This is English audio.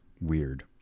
weird